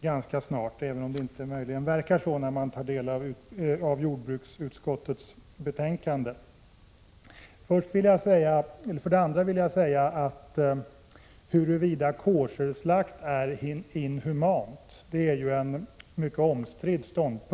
ganska snart, även om det möjligen inte verkar så när man tar del av jordbruksutskottets betänkande. Vidare vill jag säga att huruvida koscherslakt är inhumant är en mycket omstridd fråga.